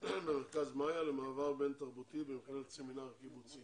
במרכז 'מאיה' למעבר בין-תרבותי במכללת סמינר הקיבוצים.